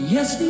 Yes